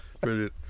brilliant